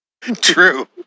True